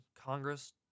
Congress